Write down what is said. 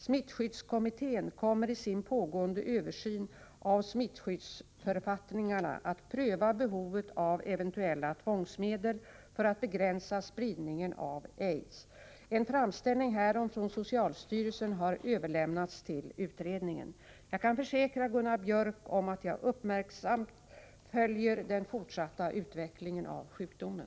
Smittskyddskommittén kommer i sin pågående översyn av smittskyddsförfattningarna att pröva behovet av eventuella tvångsmedel för att begränsa spridningen av AIDS. En framställning härom från socialstyrelsen har överlämnats till utredningen. Jag kan försäkra Gunnar Biörck om att jag uppmärksamt följer den fortsatta utvecklingen av sjukdomen.